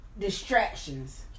Distractions